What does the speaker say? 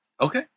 Okay